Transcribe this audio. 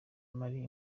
marie